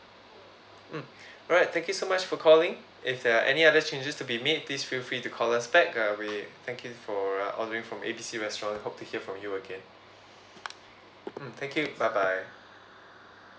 mm alright thank you so much for calling if there are any other changes to be made please feel free to call us back uh we thank you for uh ordering from A B C restaurant hope to hear from you again mm thank you bye bye